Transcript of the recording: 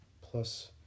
plus